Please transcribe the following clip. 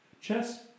Chess